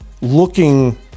looking